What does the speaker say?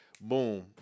boom